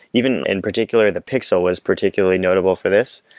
even in particular the pixel was particularly notable for this,